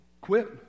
quit